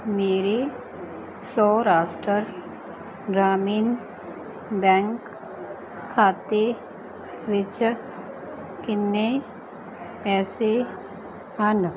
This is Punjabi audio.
ਮੇਰੇ ਸੌਰਾਸ਼ਟਰ ਗ੍ਰਾਮੀਣ ਬੈਂਕ ਖਾਤੇ ਵਿੱਚ ਕਿੰਨੇ ਪੈਸੇ ਹਨ